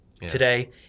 today